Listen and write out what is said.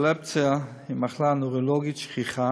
האפילפסיה היא מחלה נוירולוגית שכיחה,